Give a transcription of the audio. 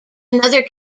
another